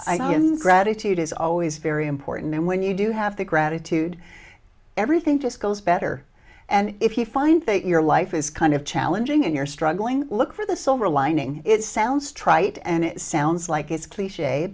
eight gratitude is always very important and when you do have the gratitude everything just goes better and if you find that your life is kind of challenging and you're struggling look for the silver lining it sounds trite and it sounds like it's cliche